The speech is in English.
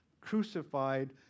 crucified